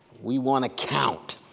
we want to count.